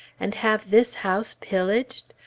and have this house pillaged?